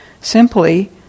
simply